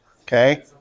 okay